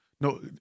no